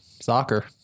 soccer